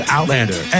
Outlander